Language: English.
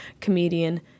Comedian